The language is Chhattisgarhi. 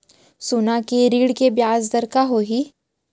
सोना के ऋण के ब्याज दर का होही?